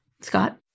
Scott